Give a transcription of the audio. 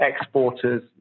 exporters